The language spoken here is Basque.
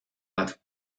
bat